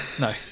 no